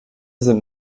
sind